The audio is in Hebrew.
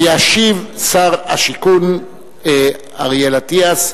ישיב שר השיכון אריאל אטיאס.